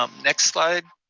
um next slide.